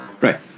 Right